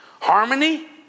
Harmony